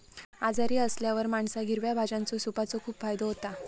आजारी असल्यावर माणसाक हिरव्या भाज्यांच्या सूपाचो खूप फायदो होता